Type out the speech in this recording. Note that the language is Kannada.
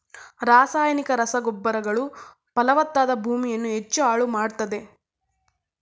ರಾಸಾಯನಿಕ ರಸಗೊಬ್ಬರಗಳು ಫಲವತ್ತಾದ ಭೂಮಿಯನ್ನು ಹೆಚ್ಚು ಹಾಳು ಮಾಡತ್ತದೆ